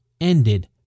ended